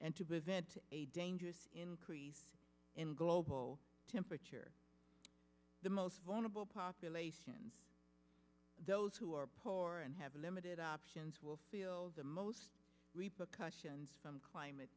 and to prevent a dangerous increase in global temperature the most vulnerable populations those who are poor and have limited options will feel the most repercussions from climate